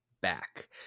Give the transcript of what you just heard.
back